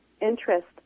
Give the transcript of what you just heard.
interest